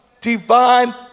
divine